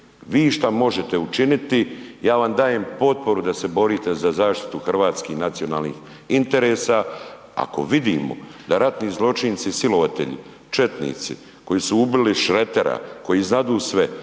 Vi šta možete učiniti, ja vam dajem potporu da se borite za zaštitu hrvatskih nacionalnih interesa, ako vidimo da ratni zločinci i silovatelji, četnici koji su ubili Šretera, koji znadu sve,